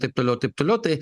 taip toliau taip toliau tai